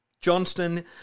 Johnston